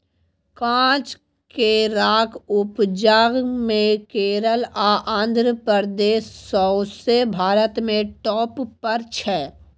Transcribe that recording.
काँच केराक उपजा मे केरल आ आंध्र प्रदेश सौंसे भारत मे टाँप पर छै